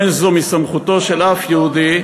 אין זה מסמכותו של אף יהודי,